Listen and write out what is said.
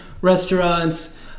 restaurants